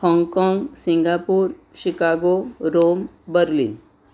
Hong Kong Singapore Chicago Rome Berlin